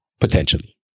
potentially